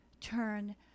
turn